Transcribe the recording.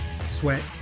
sweat